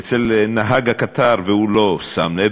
אצל נהג הקטר, והוא לא שם לב.